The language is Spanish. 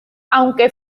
aunque